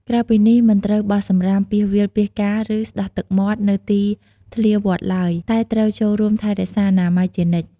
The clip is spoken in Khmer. ក្រៅពីនេះមិនត្រូវបោះសំរាមពាសវាលពាសកាល ឬស្តោះទឹកមាត់នៅទីធ្លាវត្តឡើយ តែត្រូវចូលរួមថែរក្សាអនាម័យជានិច្ច។